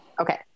Okay